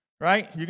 right